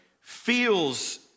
feels